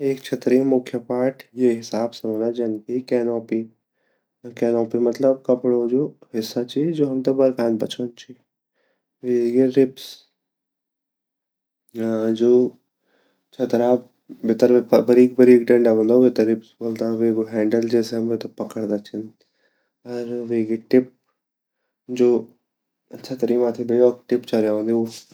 एक छतरी मुख्य पार्ट ये हीसाब से वोला जन की केनापि कैनोपी मतलब कपड़ो हिस्सा जु हमते बरखा से बच्चोंदु ची फिर वेग्या रिब्स जु छतरी भीतर बरीक-बारीक़ डंडा रंदा वेते रिब्स ब्वल्दा फिर हैंडल जैसे हम वेते पकड़ा छिन अर वेगि टिप जु छतरी माथि बे योक टिप चर्यो वोन्दि।